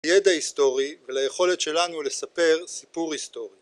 ‫לידע היסטורי וליכולת שלנו ‫לספר סיפור היסטורי.